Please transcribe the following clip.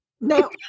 No